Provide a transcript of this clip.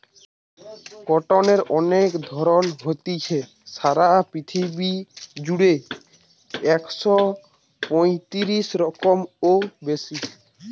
কটনের অনেক ধরণ হতিছে, সারা পৃথিবী জুড়া একশ পয়তিরিশ রকমেরও বেশি